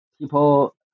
people